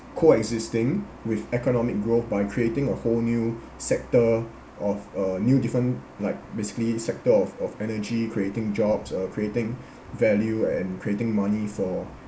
coexisting with economic growth by creating a whole new sector of uh new different like basically sector of of energy creating jobs uh creating value and creating money for